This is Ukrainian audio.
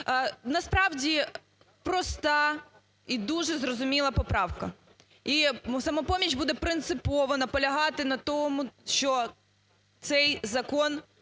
Насправді проста і дуже зрозуміла поправка. І "Самопоміч" буде принципово наполягати на тому, що цей закон